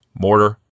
mortar